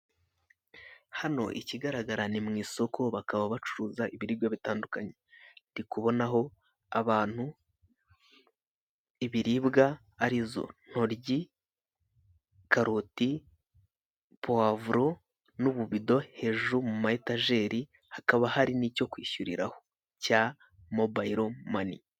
Hano ikigaragara ni mu isoko bakaba bacuruza ibiribwa bitandukanye , ndikubonaho abantu, ibiribwa arizo intoryi, karoti, pavuro, n'ububido hejuru mu matajeri ndetse hakaba hari n'icyo kwishyuriraho cya Mobile Money.